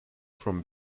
from